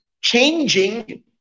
changing